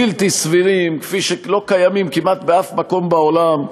בלתי סבירים, כפי שלא קיים כמעט באף מקום בעולם.